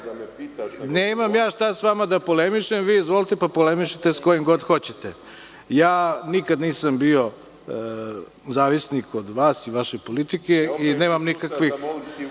ja šta s vama da polemišem. Vi izvolite pa polemišite s kojim god hoćete. Ja nikad nisam bio zavisnik od vas i vaše politike i nemam nikakvih…(Vojislav